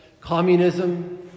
Communism